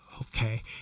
Okay